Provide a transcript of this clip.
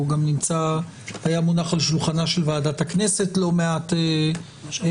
הוא גם היה מונח על שולחנה של ועדת הכנסת לא מעט שבועות